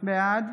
בעד